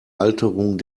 alterung